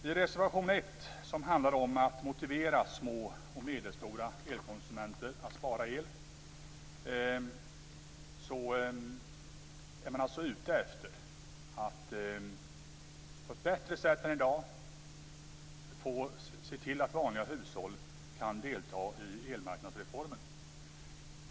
I reservation 1, som handlar om att motivera små och medelstora elkonsumenter att spara el, är man ute efter att på ett bättre sätt än i dag se till att vanliga hushåll kan delta i elmarknadsreformen.